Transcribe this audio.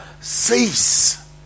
cease